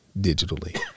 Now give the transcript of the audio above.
digitally